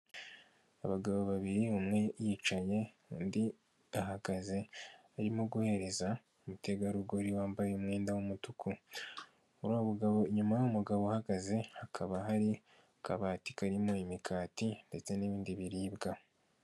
Abagabo babiri umwe yicaye undi ahagaze arimo guhereza umutegarugori wambaye umwenda w'umutu, muri abo bagabo inyuma umugabo uhagaze hakaba hari kabati karimo imika ndetse n'ibindi biribwa.